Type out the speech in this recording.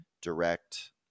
Direct